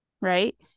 right